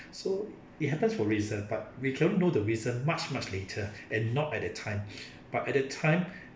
so it happens for a reason but we can only know the reason much much later and not at that time but at the time